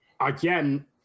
Again